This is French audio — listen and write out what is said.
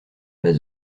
pas